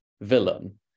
villain